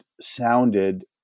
sounded